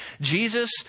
Jesus